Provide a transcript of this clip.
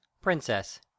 Princess